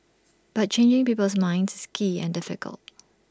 but changing people's minds is key and difficult